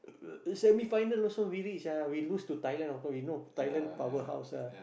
the semifinal also we reach ah we lose to Thailand of course we know Thailand power house ah